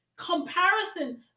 comparison